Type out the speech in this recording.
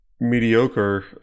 mediocre